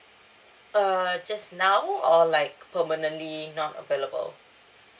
err just now or like permanently not available